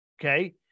Okay